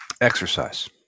exercise